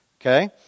Okay